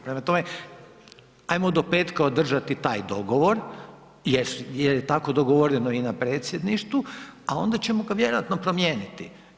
Prema tome, ajmo do petka održati taj dogovor jer je tako dogovoreni i na predsjedništvu, a onda ćemo ga vjerojatno promijeniti.